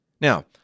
Now